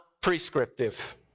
prescriptive